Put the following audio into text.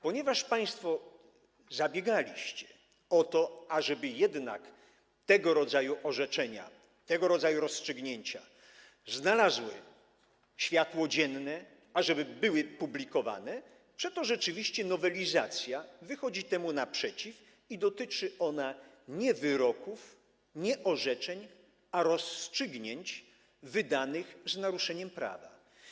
Ponieważ państwo zabiegaliście o to, ażeby jednak tego rodzaju orzeczenia, tego rodzaju rozstrzygnięcia ujrzały światło dzienne, ażeby były publikowane, przeto nowelizacja wychodzi temu naprzeciw i dotyczy ona nie wyroków, nie orzeczeń, a rozstrzygnięć wydanych z naruszeniem prawa.